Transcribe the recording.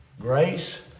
Grace